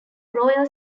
royal